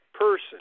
Person